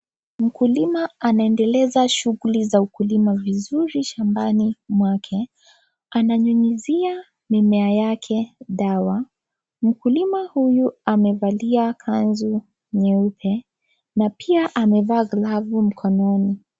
Mukulima anaendeleza shughuli za ukulima vizuri shambani mwake. Ananyunyuzia mimea yake dawa. Mukulima huyu amevalia kanzu nyeupe, na pia amevaa glavu mkononi.